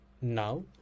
now